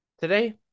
Today